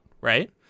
right